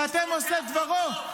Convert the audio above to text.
כי אתם עושי דברו.